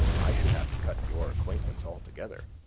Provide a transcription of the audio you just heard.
i should have to cut your acquaintance altogether.